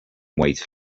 wait